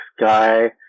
sky